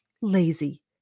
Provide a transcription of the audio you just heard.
Lazy